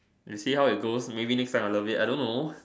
we see how it goes maybe next time I love it I don't know